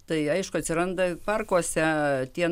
tai aišku atsiranda parkuose tie